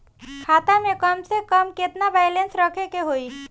खाता में कम से कम केतना बैलेंस रखे के होईं?